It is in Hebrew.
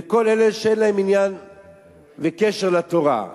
לכל אלה שאין להם עניין וקשר לתורה,